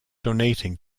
donating